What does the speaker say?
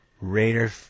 Raider